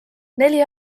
neli